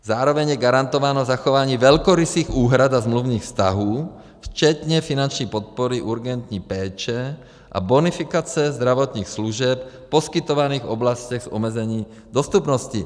Zároveň je garantováno zachování velkorysých úhrad a smluvních vztahů včetně finanční podpory urgentní péče a bonifikace zdravotních služeb v poskytovaných oblastech s omezením dostupnosti.